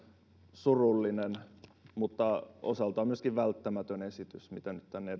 surullinen mutta osaltaan myöskin välttämätön esitys mitä nyt tänne